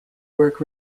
work